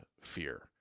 fear